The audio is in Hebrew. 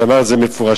שאמר את זה מפורשות.